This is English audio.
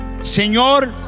Señor